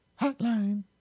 Hotline